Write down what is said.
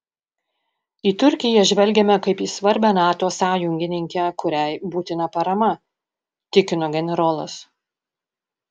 į turkiją žvelgiame kaip į svarbią nato sąjungininkę kuriai būtina parama tikino generolas